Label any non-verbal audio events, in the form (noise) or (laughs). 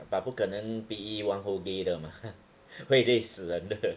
but 不可能 P_E one whole day 的 mah (laughs) 会累死人的